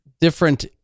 different